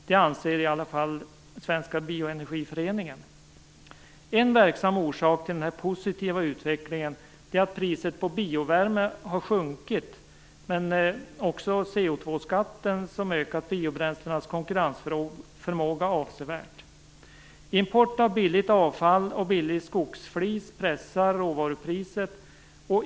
Det anser i alla fall En verksam orsak till denna positiva utveckling är att priset på biovärme har sjunkit, men också koldioxidskatten har ökat biobränslenas konkurrensförmåga avsevärt. Import av billigt avfall och billig skogsflis pressar råvarupriset.